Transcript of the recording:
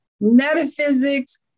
Metaphysics